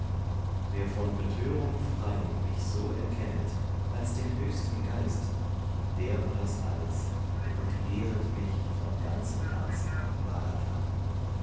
wer von betörung frei mich so erkennet als den höchsten geist der weiß alles und ehret mich von ganzem herzen